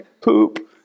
poop